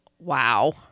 Wow